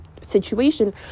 situation